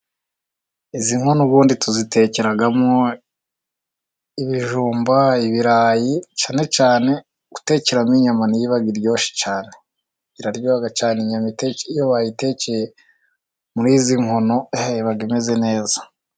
Izi nkono ubundi tuzitekeramo ibijumba， ibirayi，cyane cyane gutekeramo inyama，niyo iba iryoshye cyane，iraryoha cyane inyama iyo wayitekeye muri izi nkono， iba imeze neza.